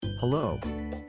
Hello